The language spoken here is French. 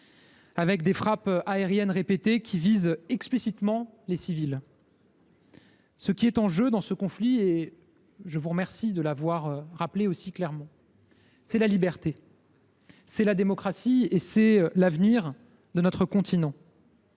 avec des frappes aériennes répétées, qui visent délibérément les civils. Ce qui est en jeu dans ce conflit – je vous remercie de l’avoir rappelé aussi clairement –, c’est la liberté, la démocratie et l’avenir de notre continent.